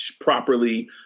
properly